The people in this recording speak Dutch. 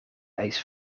eis